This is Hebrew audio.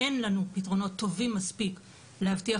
אין לנו פתרונות טובים מספיק להבטיח